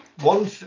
One